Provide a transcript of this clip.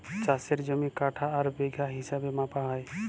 চাষের জমি কাঠা আর বিঘা হিছাবে মাপা হ্যয়